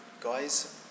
guys